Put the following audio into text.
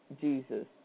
Jesus